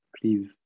please